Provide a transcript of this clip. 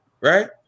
right